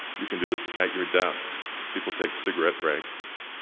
you can do this at your desks. people take cigarette breaks,